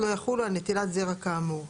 לא יחולו על נטילת זרע כאמור.